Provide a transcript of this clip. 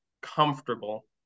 comfortable